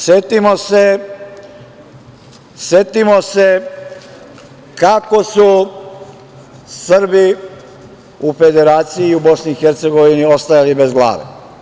Setimo se kako su Srbi u Federaciji, u BiH ostali bez glave.